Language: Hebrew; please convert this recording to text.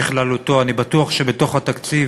אני בטוח שבתוך התקציב